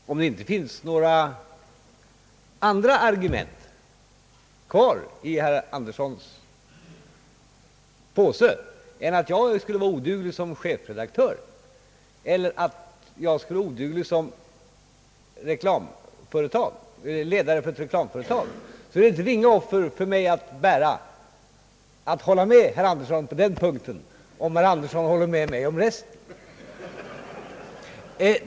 Herr talman! Om det inte finns några andra argument kvar i herr Axel Anderssons påse än att jag skulle vara oduglig såsom chefredaktör eller såsom ledare för ett reklamföretag är det ett ringa offer för mig att hålla med herr Axel Andersson på den punkten, om han håller med mig om resten.